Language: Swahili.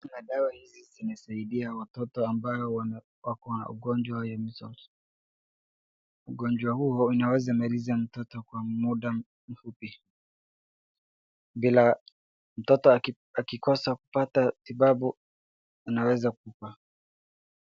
Kuna dawa hizi zinasaidia watoto ambayo wako na ugonjwa ya measles ugonjwa huo inaweza maliza kwa muda mfupi bila mtoto akikosa kupata tibabu anaweza kufa.